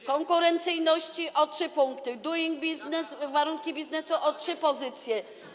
W konkurencyjności o trzy punkty, Doing Business, warunki biznesu - o trzy pozycje.